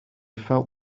felt